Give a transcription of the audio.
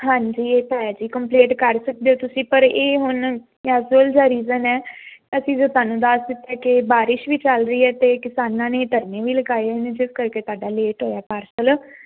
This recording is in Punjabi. ਹਾਂਜੀ ਇਹ ਤਾਂ ਹੈ ਜੀ ਕੰਪਲੇਟ ਕਰ ਸਕਦੇ ਹੋ ਤੁਸੀਂ ਪਰ ਇਹ ਹੁਣ ਐਸਵਲ ਜਾ ਰੀਜਨ ਹੈ ਅਸੀਂ ਜੋ ਤੁਹਾਨੂੰ ਦੱਸ ਦਿੱਤਾ ਕਿ ਬਾਰਿਸ਼ ਵੀ ਚੱਲ ਰਹੀ ਹੈ ਤੇ ਕਿਸਾਨਾਂ ਨੇ ਧਰਨੇ ਵੀ ਲਗਾਏ ਨੇ ਜਿਸ ਕਰਕੇ ਤੁਹਾਡਾ ਲੇਟ ਹੋਇਆ ਪਾਰਸਲ